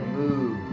move